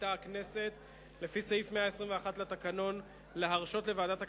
מחליטה הכנסת לפי סעיף 121 לתקנון להרשות לוועדת הכלכלה,